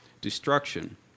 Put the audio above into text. destruction